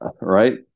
Right